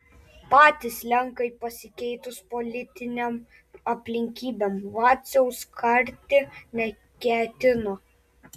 patys lenkai pasikeitus politinėm aplinkybėm vaciaus karti neketino